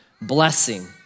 blessing